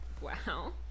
Wow